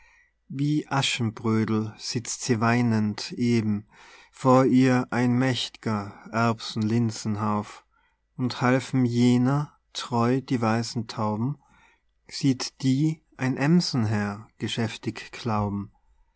wie aschenbrödel sitzt sie weinend eben vor ihr ein mächt'ger erbsen linsen hauf und halfen jener treu die weißen tauben sieht die ein aemsenheer geschäftig klauben